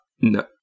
No